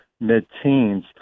mid-teens